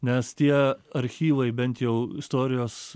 nes tie archyvai bent jau istorijos